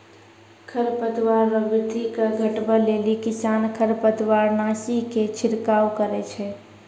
खरपतवार रो वृद्धि के घटबै लेली किसान खरपतवारनाशी के छिड़काव करै छै